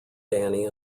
danny